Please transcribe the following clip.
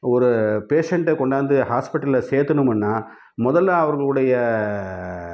ஒரு பேஷண்ட்டை கொண்டாந்து ஹாஸ்பெட்டலில் சேர்த்தணுமன்னா முதலில் அவர்களுடைய